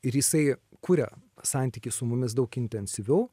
ir jisai kuria santykį su mumis daug intensyviau